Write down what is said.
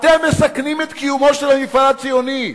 אתם מסכנים את קיומו של המפעל הציוני,